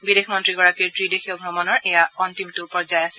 বিদেশমন্ত্ৰী গৰাকীৰ ত্ৰিদেশীয় ভ্ৰমণৰ এয়া অন্তিমটো ভ্ৰমণ আছিল